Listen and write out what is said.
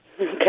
Okay